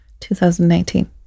2019